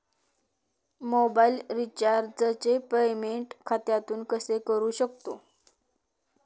Mobile रिचार्जचे payment खात्यातून कसे करू शकतो?